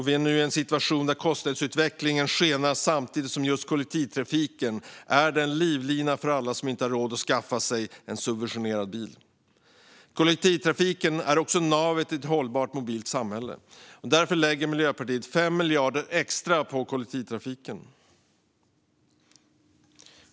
Vi är nu i en situation där kostnadsutvecklingen skenar samtidigt som just kollektivtrafiken är livlinan för alla som inte har råd att skaffa sig en subventionerad bil. Kollektivtrafiken är också navet i ett hållbart mobilt samhälle. Därför lägger Miljöpartiet 5 miljarder extra på kollektivtrafiken.